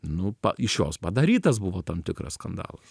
nu pa iš jos padarytas buvo tam tikras skandalas